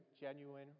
genuine